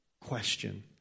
question